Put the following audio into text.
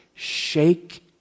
shake